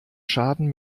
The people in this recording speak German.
schaden